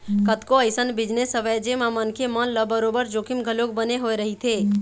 कतको अइसन बिजनेस हवय जेमा मनखे मन ल बरोबर जोखिम घलोक बने होय रहिथे